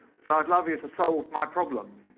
so i'd love you to solve my problem.